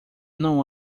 não